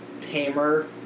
tamer